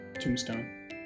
tombstone